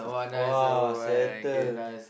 !wah! settle